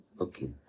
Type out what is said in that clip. Okay